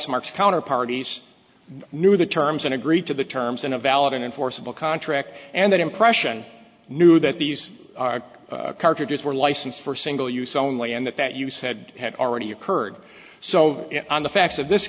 marks counter parties knew the terms and agreed to the terms in a valid and enforceable contract and that impression knew that these are cartridges were licensed for single use only and that that you said had already occurred so on the facts of this